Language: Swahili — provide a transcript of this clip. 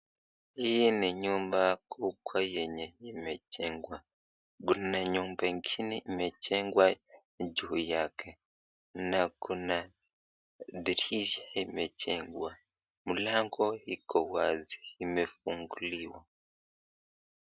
Hii ni nyumba kubwa yenye imejengwa. Kuna nyumba ingine imejengwa juu yake na kuna dirisha imejengwa. Mlango iko wazi imefunguliwa.